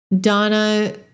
Donna